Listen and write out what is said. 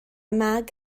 mag